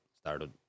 started